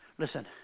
listen